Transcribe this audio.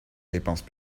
dépenses